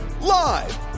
Live